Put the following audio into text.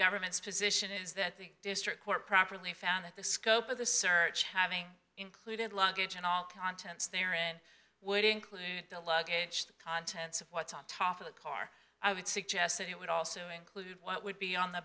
government's position is that the district court properly found that the scope of the search having included luggage and all contents there it would include the luggage the contents of what's on top of the car i would suggest that it would also include what would be on the